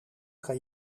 kan